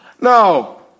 No